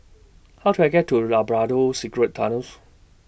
How to I get to Labrador Secret Tunnels